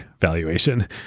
valuation